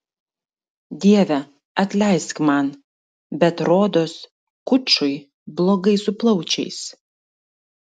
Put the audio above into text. dieve atleisk man bet rodos kučui blogai su plaučiais